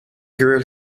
girl